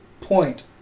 point